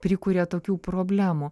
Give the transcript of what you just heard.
prikuria tokių problemų